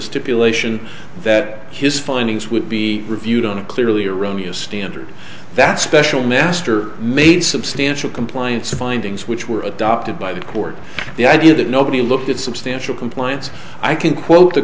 stipulation that his findings would be reviewed on a clearly erroneous standard that special master made substantial compliance findings which were adopted by the court the idea that nobody looked at substantial compliance i can quote